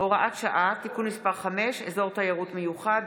(הוראת שעה) (תיקון מס' 5) (אזור תיירות מיוחד),